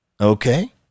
Okay